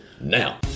now